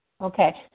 Okay